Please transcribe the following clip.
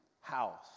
house